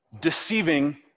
deceiving